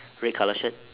red colour shirt